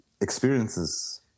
experiences